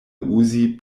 uzi